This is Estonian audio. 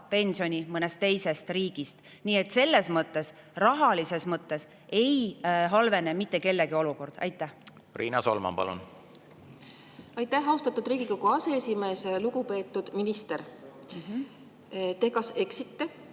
pensioni mõnest teisest riigist. Nii et selles mõttes, rahalises mõttes, ei halvene mitte kellegi olukord. Riina Solman, palun! Riina Solman, palun! Aitäh, austatud Riigikogu aseesimees! Lugupeetud minister! Te kas eksite